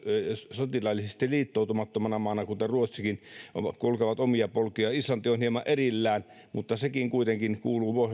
sotilaallisesti liittoutumattomana maana kuten ruotsikin kulkee omia polkujaan islanti on hieman erillään mutta sekin kuitenkin kuuluu